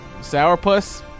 sourpuss